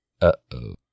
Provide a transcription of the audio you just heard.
Uh-oh